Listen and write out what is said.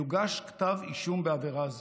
יוגש כתב אישום בעבירה זו.